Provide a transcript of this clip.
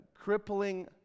crippling